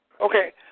Okay